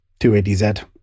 280Z